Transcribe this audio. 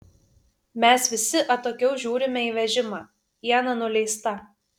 mes visi atokiau žiūrime į vežimą iena nuleista